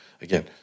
again